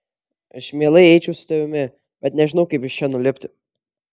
aš mielai eičiau su tavimi bet nežinau kaip iš čia nulipti